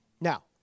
Now